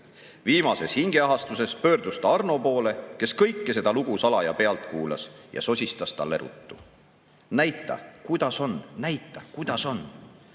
Viimases hingeahastuses pöördus ta Arno poole, kes kõike seda lugu salaja pealt kuulas, ja sosistas talle ruttu:"Näita, kudas on, näita, kudas